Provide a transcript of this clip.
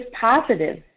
positive